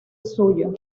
suyo